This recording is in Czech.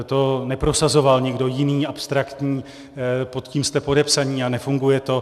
To neprosazoval nikdo jiný, abstraktní, pod tím jste podepsaní a nefunguje to.